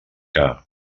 que